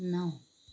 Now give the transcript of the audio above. नौ